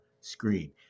screen